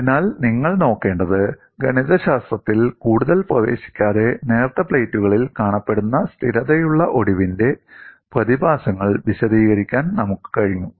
അതിനാൽ നിങ്ങൾ നോക്കേണ്ടത് ഗണിതശാസ്ത്രത്തിൽ കൂടുതൽ പ്രവേശിക്കാതെ നേർത്ത പ്ലേറ്റുകളിൽ കാണപ്പെടുന്ന സ്ഥിരതയുള്ള ഒടിവിന്റെ പ്രതിഭാസങ്ങൾ വിശദീകരിക്കാൻ നമുക്ക് കഴിഞ്ഞു